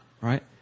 Right